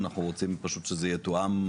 אנחנו רוצים פשוט שזה יתואם,